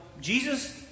Jesus